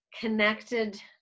connected